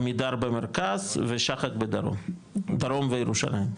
עמידר במרכז ושחק בדרום וירושלים.